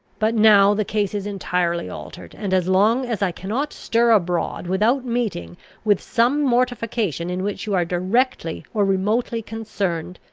but now the case is entirely altered and, as long as i cannot stir abroad without meeting with some mortification in which you are directly or remotely concerned,